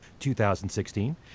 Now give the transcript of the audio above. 2016